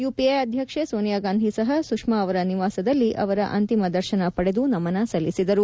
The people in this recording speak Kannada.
ಯುಪಿಎ ಅಧ್ಯಕ್ಷೆ ಸೋನಿಯಾಗಾಂಧಿ ಸಹ ಸುಷ್ನಾ ಅವರ ನಿವಾಸದಲ್ಲಿ ಅವರ ಅಂತಿಮ ದರ್ಶನ ಪಡೆದು ನಮನ ಸಲ್ಲಿಸಿದರು